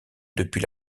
depuis